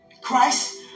Christ